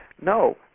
No